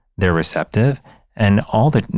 they're receptive and all that,